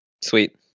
sweet